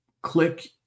click